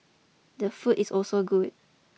the food is also good